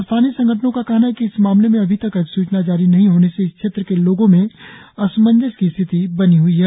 स्थानीय संगठनों का कहना है कि इस मामले में अभी तक अधिसूचना जारी नहीं होने से इस क्षेत्र के लोगों में असमंजस की स्थिति बनी हुई है